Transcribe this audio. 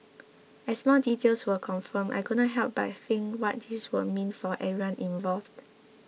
as more details were confirmed I couldn't help but think what this would mean for everyone involved